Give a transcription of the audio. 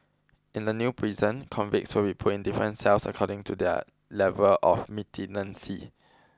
in the new prison convicts will be put in different cells according to their level of militancy